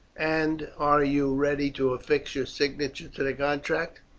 and are you ready to affix your signature to the contract?